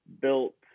built